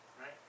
right